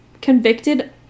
convicted